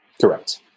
Correct